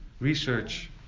research